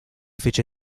fece